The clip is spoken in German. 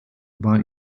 war